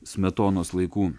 smetonos laikų